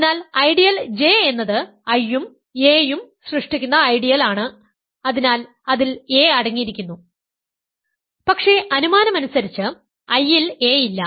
അതിനാൽ ideal J എന്നത് I ഉം a ഉം സൃഷ്ടിക്കുന്ന ഐഡിയൽ ആണ് അതിനാൽ അതിൽ a അടങ്ങിയിരിക്കുന്നു പക്ഷേ അനുമാനമനുസരിച്ച് I ൽ a ഇല്ല